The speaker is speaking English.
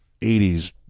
80s